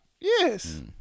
Yes